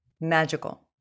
magical